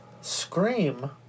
Scream